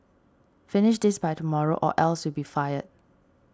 finish this by tomorrow or else you'll be fired